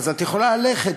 אז את יכולה ללכת,